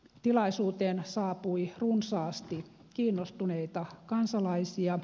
tilaisuuteen saapui runsaasti kiinnostuneita kansalaisia